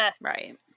Right